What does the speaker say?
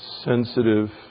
sensitive